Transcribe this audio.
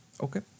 Okay